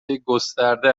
گسترده